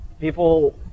People